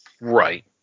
Right